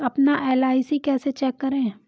अपना एल.आई.सी कैसे चेक करें?